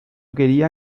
quería